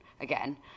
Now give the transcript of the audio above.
again